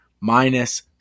minus